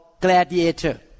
Gladiator